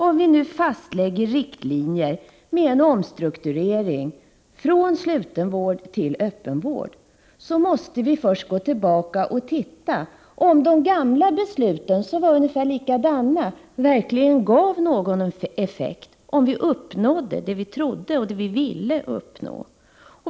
Om vi nu fastlägger riktlinjer för en omstrukturering från sluten vård till öppenvård, måste vi först gå tillbaka och se om de gamla besluten, som var ungefär likadana, verkligen gav någon effekt, om vi uppnådde det vi trodde och det vi ville uppnå.